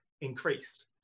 increased